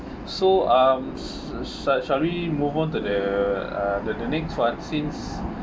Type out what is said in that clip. so um sh~ shall shall we move on to the uh the the next [one] since